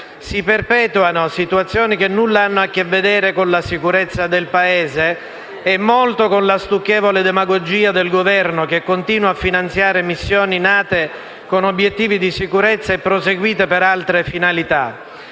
si perpetuano situazioni che nulla hanno a che vedere con la sicurezza del Paese e molto con la stucchevole demagogia del Governo, che continua a finanziare missioni nate con obiettivi di sicurezza e proseguite con altre finalità.